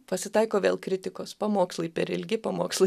pasitaiko vėl kritikos pamokslai per ilgi pamokslai